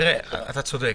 אתה צודק,